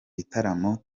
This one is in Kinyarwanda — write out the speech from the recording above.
bitaramo